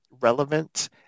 relevant